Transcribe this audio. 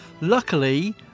luckily